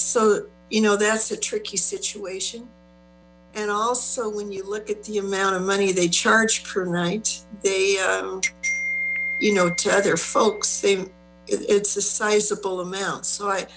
so you know that's a tricky situation and also when you look at the amount of money they charge per night they you know to other folks it's the sizable amount s